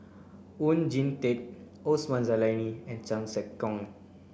Oon Jin Teik Osman Zailani and Chan Sek Keong